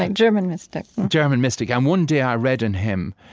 like german mystic german mystic. and one day i read in him,